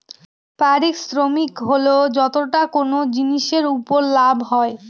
পারিশ্রমিক হল যতটা কোনো জিনিসের উপর লাভ হয়